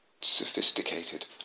sophisticated